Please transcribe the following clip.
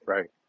Right